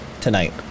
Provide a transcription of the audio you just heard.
tonight